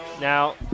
Now